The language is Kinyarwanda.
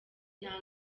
nta